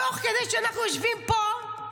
תוך כדי שאנחנו יושבים פה,